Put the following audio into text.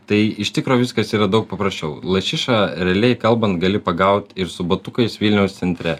tai iš tikro viskas yra daug paprasčiau lašišą realiai kalbant gali pagaut ir su batukais vilniaus centre